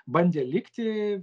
bandė likti